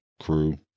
crew